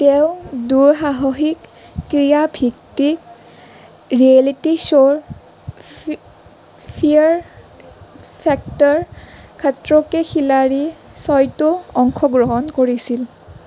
তেওঁ দুঃসাহসিক ক্ৰীয়া ভিত্তিক ৰিয়েলিটি শ্ব'ৰ ফিয়েৰ ফেক্টৰ খটৰ'কে খিলাড়ী ছয়তো অংশগ্ৰহণ কৰিছিল